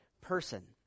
person